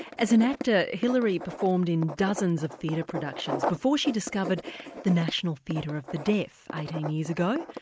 as an actor hilari performed in dozens of theatre productions before she discovered the national theatre of the deaf eighteen years ago,